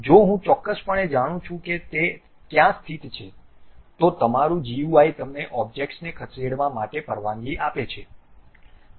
જો હું ચોક્કસપણે જાણું છું કે તે ક્યાં સ્થિત છે તો તમારું GUI તમને ઑબ્જેક્ટ્સને ખસેડવા માટે પરવાનગી આપે છે